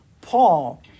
Paul